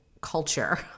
culture